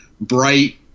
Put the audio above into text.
bright